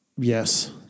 Yes